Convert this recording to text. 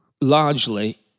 largely